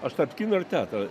aš tarp kino ir teatro